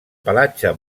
pelatge